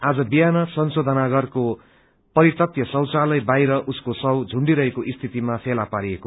आज विहान संशोधनागारको परितत्य शौचालय बाहिर उसको शव झुण्डीरहेको स्थितिमा फेला पारियो